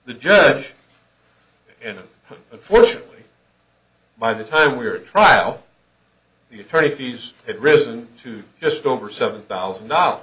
the judge and unfortunately by the time we are trial the attorney fees had risen to just over seven thousand